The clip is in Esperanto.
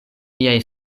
liaj